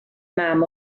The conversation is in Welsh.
mam